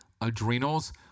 adrenals